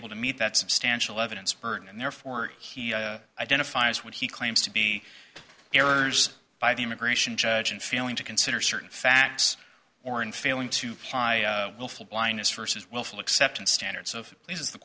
able to meet that substantial evidence burden and therefore he identifies what he claims to be errors by the immigration judge and feeling to consider certain facts or in failing to provide willful blindness versus willful acceptance standards of is the